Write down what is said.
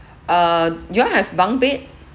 uh you all have bunk bed